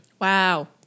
Wow